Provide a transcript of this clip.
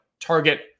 target